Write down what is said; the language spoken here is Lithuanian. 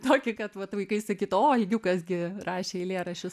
tokį kad vat vaikai sakytų o algiukas gi rašė eilėraščius